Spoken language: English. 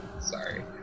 Sorry